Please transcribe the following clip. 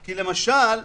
כי למשל,